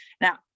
Now